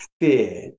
fear